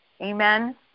Amen